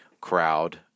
crowd